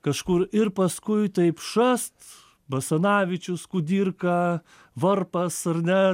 kažkur ir paskui taip šast basanavičius kudirka varpas ar ne